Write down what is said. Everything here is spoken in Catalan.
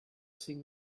cinc